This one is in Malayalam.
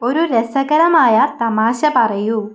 ഒരു രസകരമായ തമാശ പറയൂ